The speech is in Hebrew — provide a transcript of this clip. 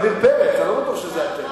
זה עמיר פרץ, אני לא בטוח שזה אתם.